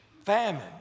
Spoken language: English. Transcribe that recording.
famine